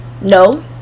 No